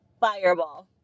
fireball